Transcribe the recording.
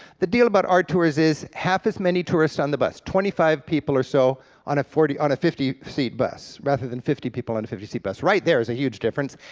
the deal about our tours is, half as many tourists on the bus. twenty five people or so on a forty on a fifty seat bus, rather than fifty people on a fifty seat bus. right there is a huge difference.